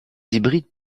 hybrides